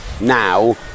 now